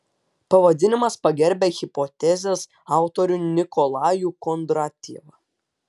pavadinimas pagerbia hipotezės autorių nikolajų kondratjevą